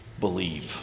Believe